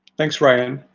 thanks, ryan.